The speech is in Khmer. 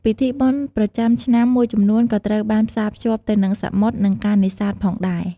ពិធីបុណ្យប្រចាំឆ្នាំមួយចំនួនក៏ត្រូវបានផ្សារភ្ជាប់ទៅនឹងសមុទ្រ និងការនេសាទផងដែរ។